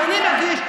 שאני מגיש,